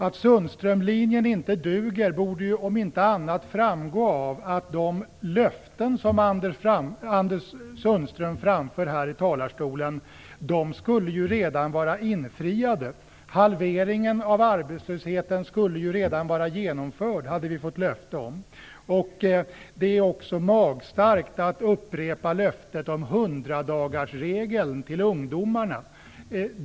Att Sundströmlinjen inte duger borde ju om inte annat framgå av att de löften som Anders Sundström framför här i talarstolen redan skulle vara infriade. Halveringen av arbetslösheten skulle ju redan vara genomförd. Det hade vi fått löfte om. Det är också magstarkt att upprepa löftet om hundradagarsregeln till ungdomarna.